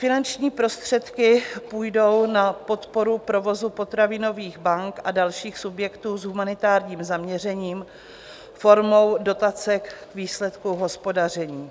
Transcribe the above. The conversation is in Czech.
Finanční prostředky půjdou na podporu provozu potravinových bank a dalších subjektů s humanitárním zaměřením formou dotace k výsledku hospodaření.